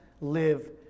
live